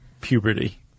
puberty